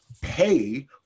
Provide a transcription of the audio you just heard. pay